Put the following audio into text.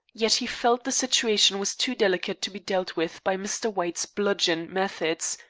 yet he felt the situation was too delicate to be dealt with by mr. white's bludgeon methods,